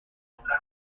bucal